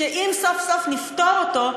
שאם סוף-סוף נפתור אותו,